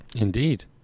Indeed